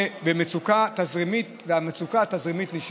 והמצוקה התזרימית נשארת.